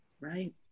Right